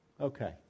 okay